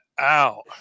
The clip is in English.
out